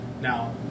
Now